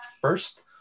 first